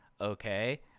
okay